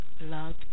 love